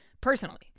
personally